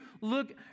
look